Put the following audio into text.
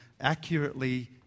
accurately